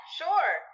sure